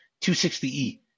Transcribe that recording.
260E